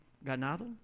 ganado